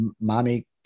Mommy